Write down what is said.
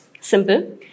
Simple